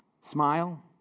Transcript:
Smile